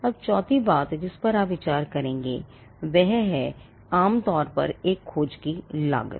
अब चौथी बात जिस पर आप विचार करेंगे वह है आम तौर पर एक खोज की लागत